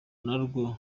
narwo